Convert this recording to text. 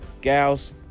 gals